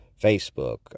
Facebook